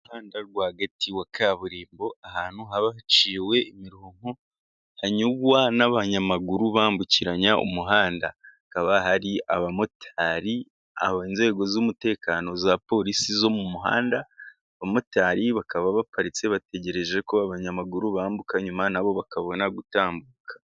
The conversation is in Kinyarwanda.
Umuhanda rwagati wa kaburimbo, ahantu haba haciwe imirongo hanyurwa n'abanyamaguru bambukiranya umuhanda. Hakaba hari abamotari, inzego z'umutekano, iza polisi yo mu muhanda abamotari bakaba baparitse bategereje ko abanyamaguru bambuka, nyuma na bo bakabona gutambuka.